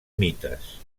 mites